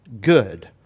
good